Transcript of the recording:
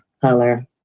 Color